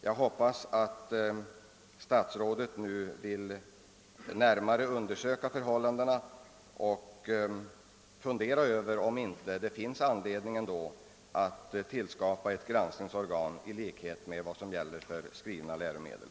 Jag hoppas nu att statsrådet närmare undersöker förhållandena och överväger, om det ändå inte finns anledning att tillskapa ett granskningsorgan i enlighet med vad som finnes för skrivna läromedel.